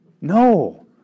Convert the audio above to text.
No